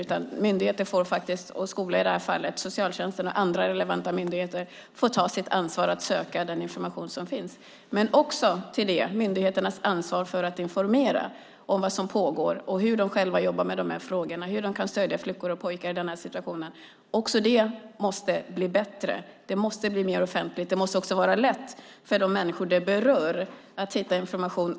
Skolor i det här fallet, socialtjänsten och andra relevanta myndigheter får ta sitt ansvar att söka den information som finns. Myndigheterna har också ansvar att informera om vad som pågår och om hur de själva jobbar med de här frågorna, hur de kan stödja flickor och pojkar i den här situationen. Det måste bli bättre. Det måste bli mer offentligt. Det måste också vara lätt för de människor som det berör att hitta information.